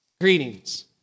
greetings